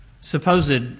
supposed